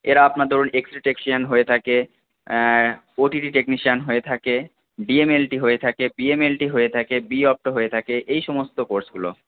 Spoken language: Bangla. এরা আপনার ধরুন হয়ে থাকে ওটিডি টেকনিশিয়ান হয়ে থাকে ডিএমএলটি হয়ে থাকে পিএমএলটি হয়ে থাকে বি অপ্টো হয়ে থাকে এই সমস্ত কোর্সগুলো